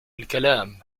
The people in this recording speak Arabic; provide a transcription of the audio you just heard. الكلام